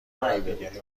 مربیگری